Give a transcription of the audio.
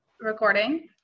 recording